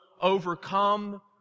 overcome